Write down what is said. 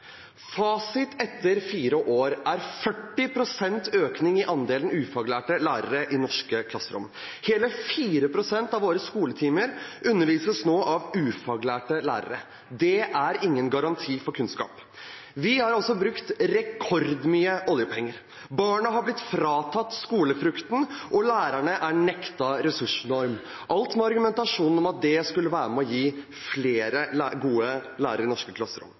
Fasit etter fire år er 40 pst. økning i andelen ufaglærte lærere i norske klasserom. I hele 4 pst. av våre skoletimer undervises det nå av ufaglærte lærere. Det er ingen garanti for kunnskap. Vi har altså brukt rekordmye oljepenger. Barna har blitt fratatt skolefrukten, og lærerne er nektet ressursnorm. Alt var med argumentasjon om at det skulle være med og gi flere gode lærere i norske klasserom.